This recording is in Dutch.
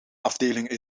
afdelingen